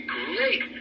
great